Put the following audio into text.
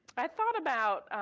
i thought about,